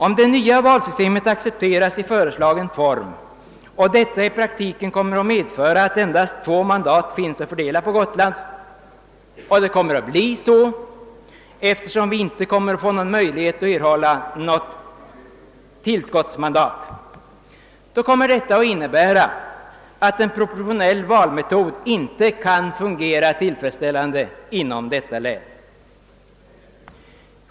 Om det nya valsystemet accepteras i föreslagen form och detta i praktiken kommer att medföra att endast två mandat finns att fördela på Gotland — och så kommer det att bli eftersom vi inte kommer att erhålla något tillskottsmandat — så kommer detta att innebära att en proportionell valmetod inte kan fungera tillfredsställande inom detta län.